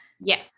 Yes